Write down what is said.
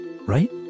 Right